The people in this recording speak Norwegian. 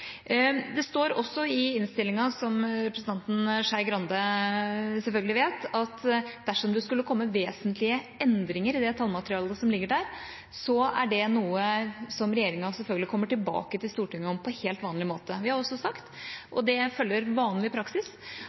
Det står også i innstillinga – som representanten Skei Grande selvfølgelig vet – at dersom det skulle komme vesentlige endringer i det tallmaterialet som ligger der, er det noe som regjeringa selvfølgelig kommer tilbake til Stortinget med på helt vanlig måte. Vi har også sagt – og det følger vanlig praksis